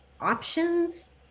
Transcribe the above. options